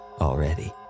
already